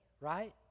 right